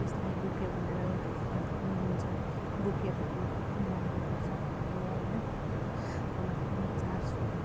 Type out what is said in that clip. त्यसलाई बुके बनाएर लाँदा पनि हुन्छ बुकेहरू किन्नु कति महँगो पर्छ अहिले होइन अन्त नभने पनि चार सौ